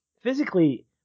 physically